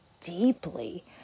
deeply